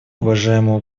уважаемого